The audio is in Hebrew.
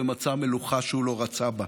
ומצא מלוכה שהוא לא רצה בה.